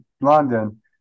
London